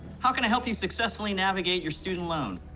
how can i help you successfully navigate your student loan.